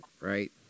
right